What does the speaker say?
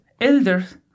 elders